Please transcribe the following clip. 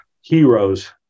heroes